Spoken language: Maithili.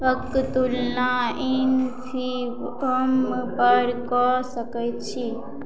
सबके तुलना एम सी दोकानपर कऽ सकैत छी